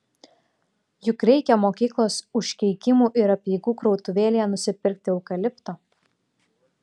juk reikia mokyklos užkeikimų ir apeigų krautuvėlėje nusipirkti eukalipto